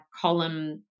column